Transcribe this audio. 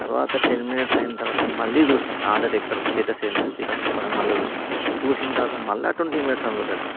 తర్వాత ten minutes అయిన తర్వాత మళ్ళీ చూసా ఆర్డర్ ఎక్కడా స్టేటస్ ఏందని చెప్పి కనుక్కొని మళ్ళీ చూసాం చూసిన తర్వాత మళ్ళీ ట్వంటీ మినిట్స్ అని చూపెడుతుంది